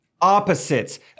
opposites